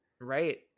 right